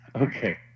Okay